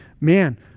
man